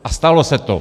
A stalo se to.